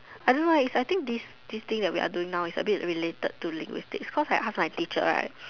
I don't know eh it's I think this this thing that we are doing now it's a bit related to linguistics cause like half my teacher right